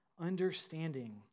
understanding